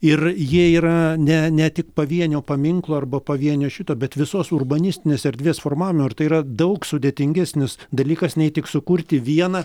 ir jie yra ne ne tik pavienio paminklo arba pavienio šito bet visos urbanistinės erdvės formavimo ir tai yra daug sudėtingesnis dalykas nei tik sukurti vieną